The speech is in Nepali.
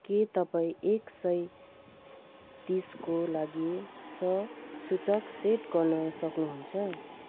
के तपाईं एक सय तिसको लागि संसूचक सेट गर्न सक्नुहुन्छ